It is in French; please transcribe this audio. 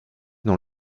dans